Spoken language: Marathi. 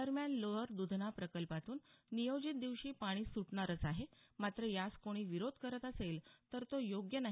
दरम्यान लोअर दधना प्रकल्पातून नियोजित दिवशी पाणी सुटणारच आहे मात्र यास कोणी विरोध करत असेल तर तो योग्य नाही